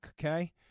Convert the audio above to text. okay